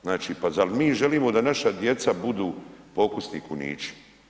Znači, pa zar mi želimo da naša djeca budu pokusni kunići?